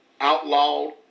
outlawed